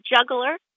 juggler